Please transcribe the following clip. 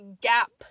gap